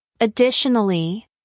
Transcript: Additionally